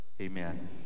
Amen